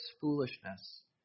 foolishness